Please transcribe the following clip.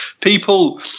People